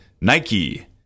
Nike